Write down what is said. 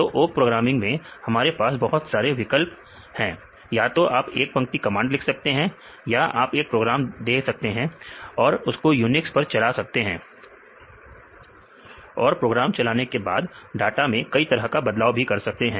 तो ओकप्रोग्रामिंग में हमारे पास बहुत सारे विकल्प हैं या तो आप एक पंक्ति कमांड लिख सकते हैं या आप एक प्रोग्राम देख सकते हैं और उसको यूनिक्स पर चला कर डाटा में कई तरह का बदलाव भी कर सकते हैं